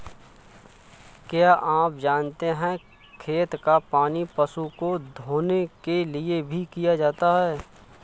क्या आप जानते है खेत का पानी पशु को धोने के लिए भी किया जाता है?